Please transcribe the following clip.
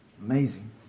amazing